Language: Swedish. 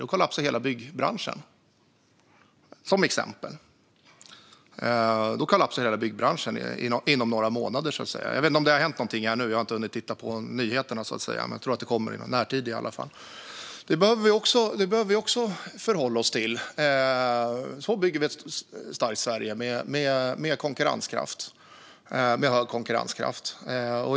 Då kollapsar nämligen hela byggbranschen inom några månader. Jag vet inte om utslaget har kommit än, för jag har inte hunnit titta på nyheterna. Men det ska nog komma i närtid, och det måste vi också förhålla oss till. Vi behöver bygga ett Sverige med hög konkurrenskraft.